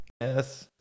Yes